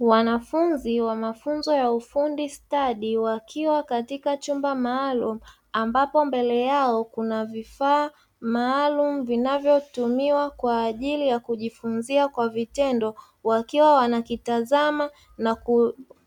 Wanafunzi wa mafunzo ya ufundi stadi wakiwa katika chumba maalum ambapo mbele yao kuna vifaa maalum vinavyotumiwa kwa ajili ya kujifunzia kwa vitendo wakiwa wanakitazama na